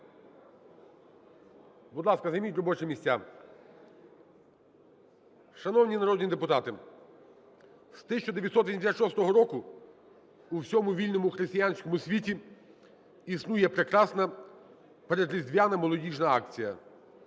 Будь ласка, займіть робочі місця. Шановні народні депутати, з 1986 року в усьому вільному християнському світі існує прекрасна передріздвяна молодіжна акція: